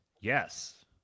Yes